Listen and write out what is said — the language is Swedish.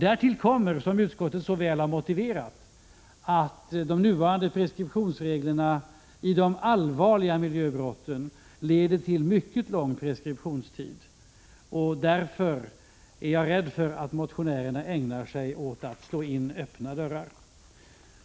Därtill kommer, som utskottet så väl har motiverat, att de nuvarande preskriptionsreglerna vid de allvarliga miljöbrotten leder till mycket lång preskriptionstid. Därför är jag rädd för att motionärerna ägnar sig åt att slå in öppna dörrar.